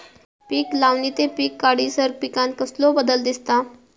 पीक लावणी ते पीक काढीसर पिकांत कसलो बदल दिसता?